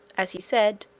as he said,